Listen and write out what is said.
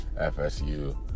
FSU